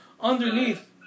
underneath